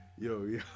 Yo